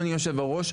אדוני היושב ראש,